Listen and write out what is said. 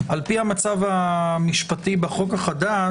לפי המצב המשפטי בחוק החדש,